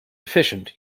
efficient